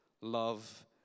love